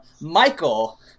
Michael